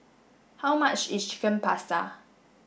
how much is Chicken Pasta